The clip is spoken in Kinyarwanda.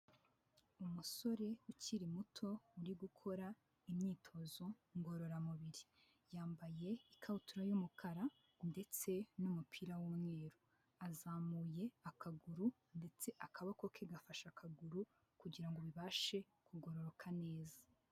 Umusore ukiri muto uri gukora imyitozo ngororamubiri, yambaye ikabutura y'umukara ndetse n'umupira w'umweru, azamuye akaguru ndetse akaboko ke gafashe akaguru kugira ngo bibashe kugororoka neza.